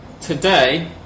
Today